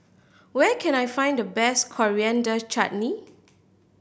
where can I find the best Coriander Chutney